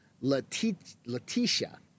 Letitia